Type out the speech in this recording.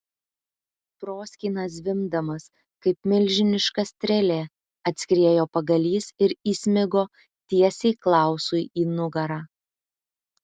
proskyna zvimbdamas kaip milžiniška strėlė atskriejo pagalys ir įsmigo tiesiai klausui į nugarą